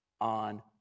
on